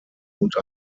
und